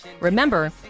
Remember